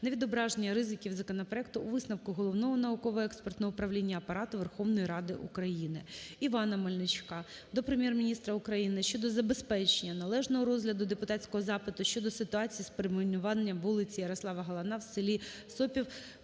невідображення ризиків законопроекту у висновку Головного науково-експертного управління Апарату Верховної Ради України. Івана Мельничука до Прем'єр-міністра України щодо забезпечення належного розгляду депутатського запиту щодо ситуації з перейменуванням вулиці Ярослава Галана у селі Сопів